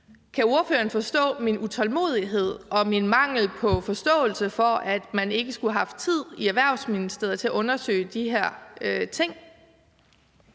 Kan ordføreren forstå min utålmodighed og min mangel på forståelse for, at man ikke skulle have haft tid i Erhvervsministeriet til at undersøge de her ting?